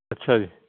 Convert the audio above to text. ਅੱਛਾ ਜੀ